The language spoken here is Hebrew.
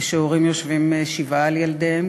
כשהורים יושבים שבעה על ילדיהם,